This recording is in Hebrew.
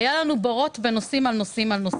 היו לנו בורות בנושאים על נושאים על נושאים.